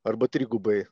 arba trigubai